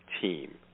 team